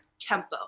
tempo